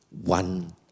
one